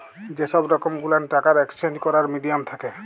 যে সহব রকম গুলান টাকার একেসচেঞ্জ ক্যরার মিডিয়াম থ্যাকে